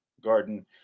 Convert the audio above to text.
Garden